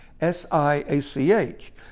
S-I-A-C-H